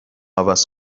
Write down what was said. عوض